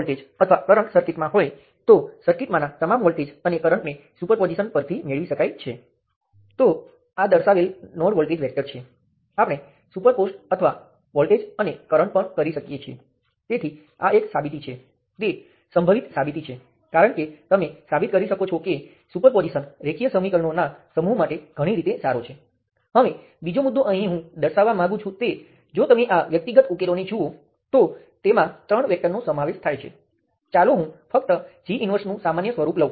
આપણે આવું પણ વિચારી શકીએ આમાંના વોલ્ટેજ અને કરંટ સમાન હશે જો ઘટકને વોલ્ટેજ સ્ત્રોત V0 વડે બદલવામાં આવે અને તે પણ સમાન છે જો ઘટકને કરંટ સ્ત્રોત I0 વડે બદલવામાં આવ્યો હોય અહીં જે વોલ્ટેજ હોય તે તમે તેને તે મૂલ્યના વોલ્ટેજ સ્ત્રોત વડે બદલી શકો તેમાંથી જે પણ કરંટ વહેતો હોય તમે તેને તે મૂલ્યના કરંટ સ્ત્રોત વડે બદલી શકો છો આ સબસ્ટીટ્યૂશન થિયર્મ છે